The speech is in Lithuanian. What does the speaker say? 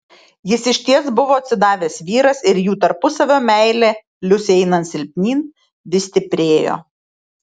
jis išties buvo atsidavęs vyras ir jų tarpusavio meilė liusei einant silpnyn vis stiprėjo